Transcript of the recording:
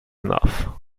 enough